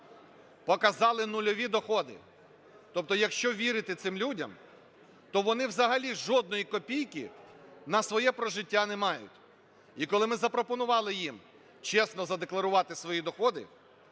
показали нульові доходи. Тобто, якщо вірити цим людям, то вони взагалі жодної копійки на своє прожиття не мають. І коли ми запропонували їм чесно задекларувати свої доходи,